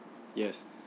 yes